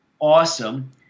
awesome